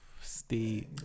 Steve